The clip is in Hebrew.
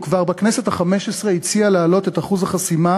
וכבר בכנסת החמש-עשרה הציעה להעלות את אחוז החסימה